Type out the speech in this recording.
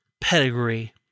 pedigree